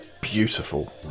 beautiful